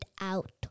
out